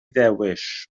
ddewis